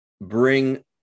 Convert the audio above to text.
bring